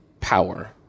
power